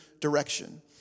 direction